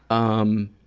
um,